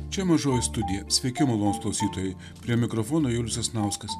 čia mažoji studija sveiki malonūs klausytojai prie mikrofono julius sasnauskas